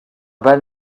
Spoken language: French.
bal